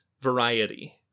variety